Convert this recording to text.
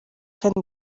kandi